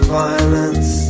violence